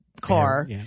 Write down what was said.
car